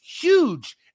huge